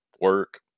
work